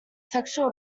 sexual